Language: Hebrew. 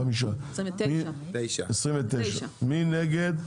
5. מי נגד?